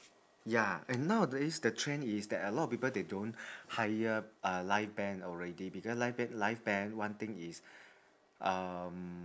ya and nowadays the trend is that a lot of people they don't hire uh live band already because live band live band one thing is um